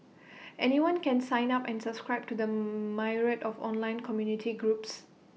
anyone can sign up and subscribe to the myriad of online community groups